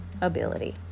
ability